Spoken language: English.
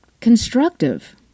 constructive